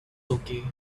okay